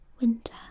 Winter